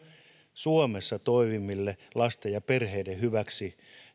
suomessa toimiville lasten ja perheiden hyväksi